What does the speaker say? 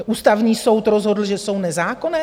Ústavní soud rozhodl, že jsou nezákonné?